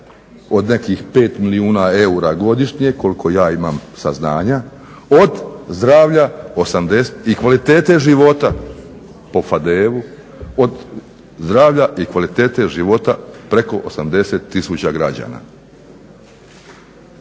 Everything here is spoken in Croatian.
od nekih 5 milijuna eura godišnje koliko ja imam saznanja, od zdravlja i kvalitete života po Fadejevu, od zdravlja i kvalitete života preko 80000 građana.